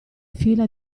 fila